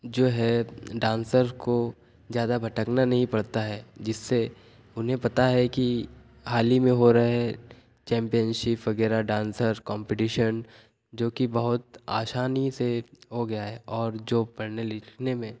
जो है डांसर को ज्यादा भटकना नहीं पड़ता है जिससे उन्हें पता है कि हाल ही में हो रहे चैंपियनशिफ वगैरह डांसर कॉम्पीटिशन जो कि बहुत आसानी से हो गया है और जो पढ़ने लिखने में